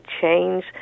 change